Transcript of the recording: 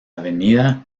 avenida